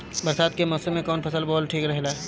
बरसात के मौसम में कउन फसल बोअल ठिक रहेला?